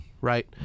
Right